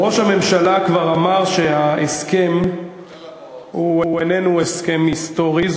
ראש הממשלה כבר אמר שההסכם איננו הסכם היסטורי,